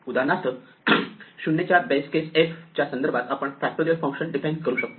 उदाहरणार्थ 0 च्या base case f च्या संदर्भात आपण फॅक्टोरियल फंक्शन डीफाइन करू शकतो